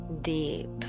deep